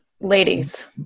ladies